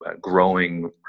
growing